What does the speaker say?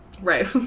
Right